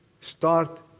start